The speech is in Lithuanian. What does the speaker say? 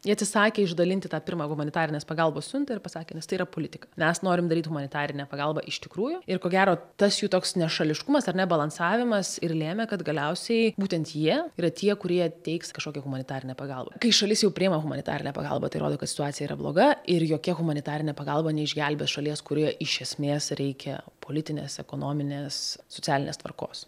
jie atsisakė išdalinti tą pirmą humanitarinės pagalbos siuntą ir pasakė nes tai yra politika mes norim daryt humanitarinę pagalbą iš tikrųjų ir ko gero tas jų toks nešališkumas ar ne balansavimas ir lėmė kad galiausiai būtent jie yra tie kurie teiks kažkokią humanitarinę pagalbą kai šalis jau priima humanitarinę pagalbą tai rodo kad situacija yra bloga ir jokia humanitarinė pagalba neišgelbės šalies kurioje iš esmės reikia politinės ekonominės socialinės tvarkos